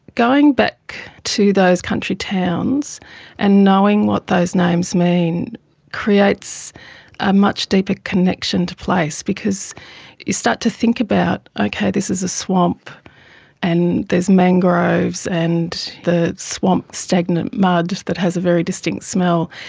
going back to those country towns and knowing what those names mean creates a much deeper connection to place, because you start to think about, okay, this is a swamp and there's mangroves and the swamp's stagnant mud that has a very distinct smell.